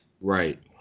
Right